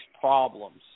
problems